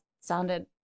sounded